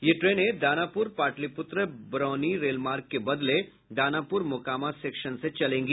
ये ट्रेनें दानापुर पाटलिपुत्रा बरौनी रेलमार्ग के बदले दानापुर मोकामा सेक्शन से चलेगी